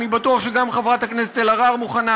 אני בטוח שגם חברת הכנסת אלהרר מוכנה,